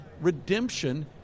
redemption